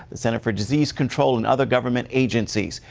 the centers for disease control and other government agencies,